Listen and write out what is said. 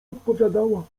odpowiadała